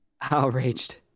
Outraged